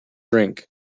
drink